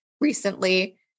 recently